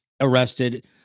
arrested